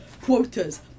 quotas